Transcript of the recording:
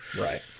Right